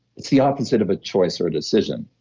it's the opposite of a choice or a decision.